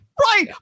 Right